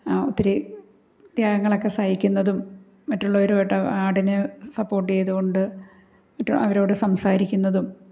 ഒത്തിരി ത്യാഗങ്ങളൊക്കെ സഹിക്കുന്നതും മറ്റുള്ളവരുമായിട്ട് ആടിനെ സപ്പോർട്ട് ചെയ്തു കൊണ്ട് അവരോട് സംസാരിക്കുന്നതും